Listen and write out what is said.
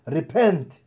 Repent